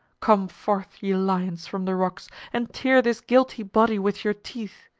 come forth, ye lions, from the rocks, and tear this guilty body with your teeth.